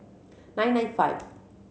nine nine five